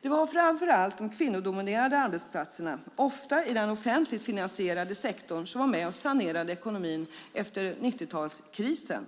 Det var framför allt de kvinnodominerade arbetsplatserna, ofta i den offentligt finansierade sektorn, som var med och sanerade ekonomin efter 90-talskrisen.